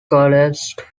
collapsed